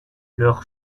leur